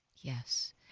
Yes